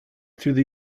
through